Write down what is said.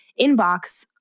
inbox